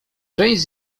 część